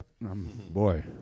boy